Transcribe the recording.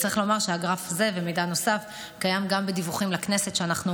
צריך לומר שהגרף הזה ועוד מידע קיימים גם בדיווחים לכנסת שאנחנו